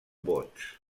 vots